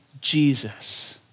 Jesus